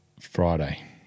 Friday